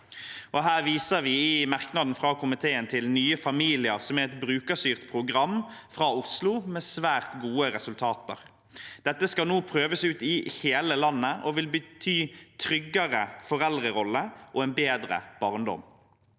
Her viser vi i merknaden fra komiteen til «Nye familier», som er et brukerstyrt program fra Oslo med svært gode resultater. Dette skal nå prøves ut i hele landet og vil bety tryggere foreldrerolle og en bedre barndom.